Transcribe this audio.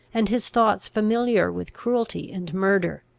and his thoughts familiar with cruelty and murder.